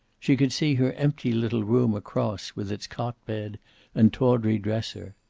she could see her empty little room across, with its cot bed and tawdry dresser.